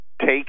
take